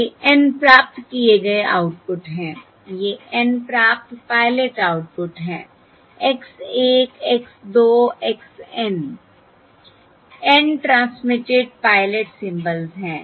ये N प्राप्त किए गए आउटपुट हैं ये N प्राप्त पायलट आउटपुट हैं x 1 x 2 x N N transmitted pilot symbols हैं